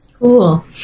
Cool